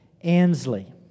Ansley